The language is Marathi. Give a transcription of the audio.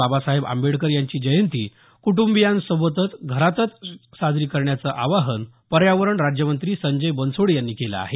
बाबासाहेब आंबेडकर यांची जयंती कुटंबियांसोबत घरातच जयंती साजरी कराण्याचं आवाहन पर्यावरण राज्यमंत्री संजय बनसोडे यांनी केलं आहे